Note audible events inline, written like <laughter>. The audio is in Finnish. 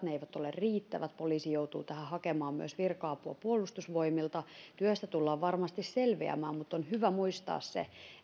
<unintelligible> ne eivät ole riittävät poliisi joutuu tähän hakemaan myös virka apua puolustusvoimilta työstä tullaan varmasti selviämään mutta on hyvä muistaa se